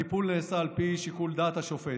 הטיפול נעשה על פי שיקול דעת השופט.